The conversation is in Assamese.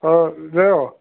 অঁ জ